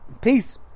Peace